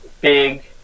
big